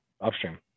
Upstream